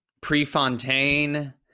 Prefontaine